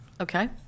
Okay